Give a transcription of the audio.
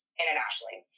internationally